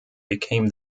became